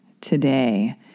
today